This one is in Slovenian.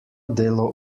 delo